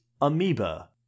amoeba